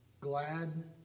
glad